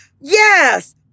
Yes